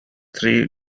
three